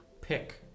pick